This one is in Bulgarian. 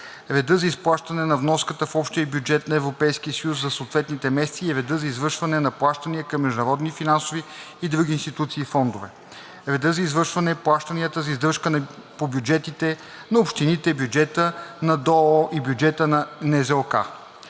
реда за изплащане на вноската в общия бюджет на Европейския съюз за съответните месеци и реда за извършване на плащания към международни финансови и други институции и фондове; - реда за извършване плащанията за издръжка по бюджетите на общините, бюджета на ДОО и бюджета на НЗОК;